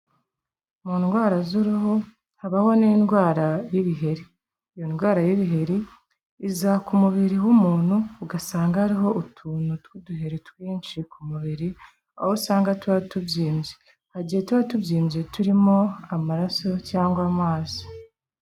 Mu ndwara z'uruhu, habaho n'indwara y'ibiheri. Iyo ndwara y'ibiheri, iza ku mubiri w'umuntu, ugasanga hariho utuntu tw'uduheri twinshi ku mubiri, aho usanga tuba tubyimbye. Hari igihe tuba tubyimbye turimo amaraso cyangwa amazi.